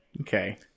Okay